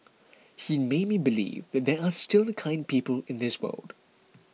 he made me believe that there are still kind people in this world